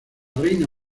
reina